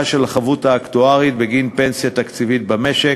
של החבות האקטוארית בגין פנסיה תקציבית במשק.